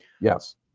Yes